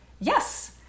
yes